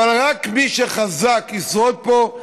אבל רק מי שחזק ישרוד פה,